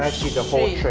actually the whole